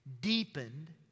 deepened